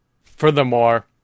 Furthermore